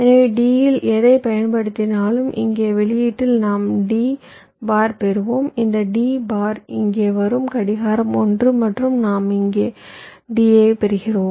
எனவே D இல் எதைப் பயன்படுத்தினாலும் இங்கே வெளியீட்டில் நாம் D பார் பெறுவோம் இந்த D பார் இங்கே வரும் கடிகாரம் 1 மற்றும் நாம் இங்கே D ஐ பெறுவோம்